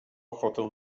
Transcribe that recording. ochotę